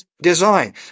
design